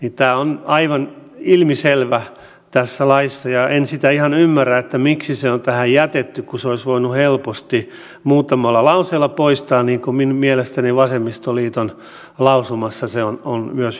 tämä on aivan ilmiselvä tässä laissa ja en sitä ihan ymmärrä että miksi se on tähän jätetty kun sen olisi voinut helposti muutamalla lauseella poistaa niin kuin minun mielestäni vasemmistoliiton lausumassa se on myös hyvin esitetty